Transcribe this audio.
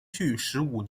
十五